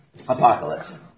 apocalypse